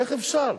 איך אפשר?